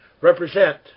represent